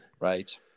right